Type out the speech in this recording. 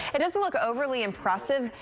it doesn't look overly impressive.